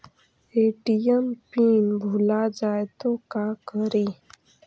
ATM pin भुला जाए तो का करी?